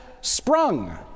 sprung